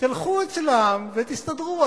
תלכו אצלם ותסתדרו,